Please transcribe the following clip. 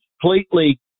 completely